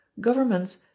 governments